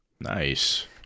Nice